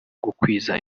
gukwiza